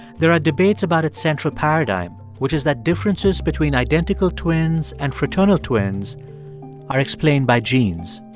there are debates about its central paradigm, which is that differences between identical twins and fraternal twins are explained by genes.